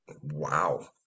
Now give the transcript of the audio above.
Wow